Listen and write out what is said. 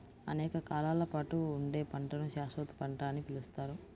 అనేక కాలాల పాటు ఉండే పంటను శాశ్వత పంట అని పిలుస్తారు